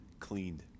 cleaned